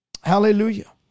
Hallelujah